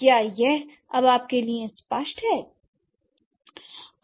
क्या यह अब आपके लिए स्पष्ट है